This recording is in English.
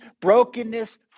brokenness